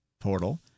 portal